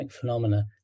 phenomena